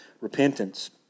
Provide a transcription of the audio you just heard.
repentance